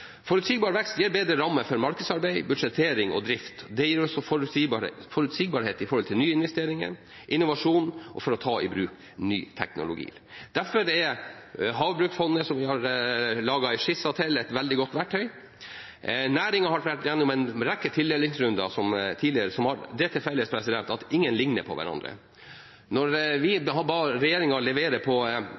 Forutsigbar vekst gir bedre rammer for markedsarbeid, budsjettering og drift. Det gir også forutsigbarhet når det gjelder nyinvesteringer, innovasjon og det å ta i bruk ny teknologi. Derfor er havbruksfondet, som vi har laget en skisse til, et veldig godt verktøy. Næringen har vært gjennom en rekke tildelingsrunder tidligere som har det til felles at ingen ligner på hverandre. Når vi ba regjeringen levere på